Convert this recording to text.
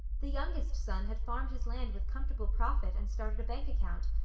the youngest son had farmed his land with comfortable profit and started a bank account,